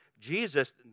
Jesus